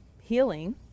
healing